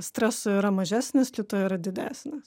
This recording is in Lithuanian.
streso yra mažesnis kito yra didesnis